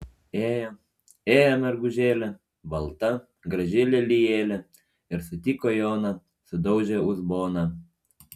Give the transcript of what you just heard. ėjo ėjo mergužėlė balta graži lelijėlė ir sutiko joną sudaužė uzboną